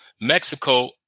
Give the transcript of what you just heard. mexico